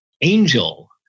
Angel